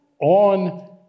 on